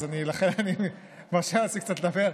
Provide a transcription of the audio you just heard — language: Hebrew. לכן אני מרשה לעצמי קצת לדבר.